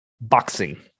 boxing